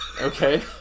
Okay